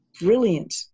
brilliant